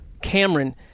Cameron